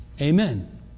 Amen